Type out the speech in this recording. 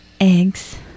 Eggs